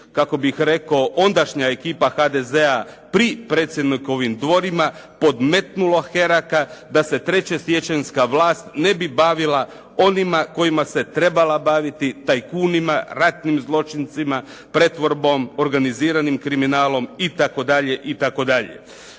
kako bih rekao ondašnja ekipa HDZ-a, pri predsjednikovim dvorima podmetnula Heraka da se 3. siječanjska vlast ne bi bavila onima kojima se trebala baviti tajkunima, ratnim zločincima, pretvorbom, organiziranim kriminalom itd., itd..